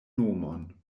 nomon